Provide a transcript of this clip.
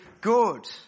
good